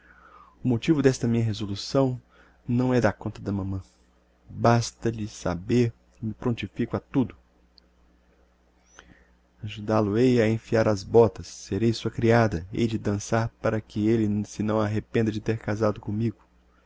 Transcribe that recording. o motivo d'esta minha resolução não é da conta da mamã baste lhe saber que me prontifico a tudo ajudál o hei a enfiar as botas serei sua creada hei de dansar para que elle se não arrependa de ter casado commigo